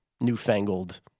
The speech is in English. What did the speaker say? newfangled